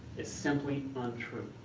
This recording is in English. is simply untrue.